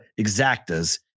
exactas